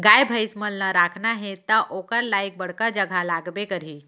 गाय भईंसी मन ल राखना हे त ओकर लाइक बड़का जघा लागबे करही